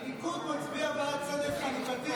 הליכוד מצביע בעד צדק חלוקתי.